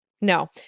No